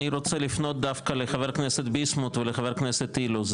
אני רוצה לפנות דווקא לחבר הכנסת ביסמוט ולחבר הכנסת אילוז,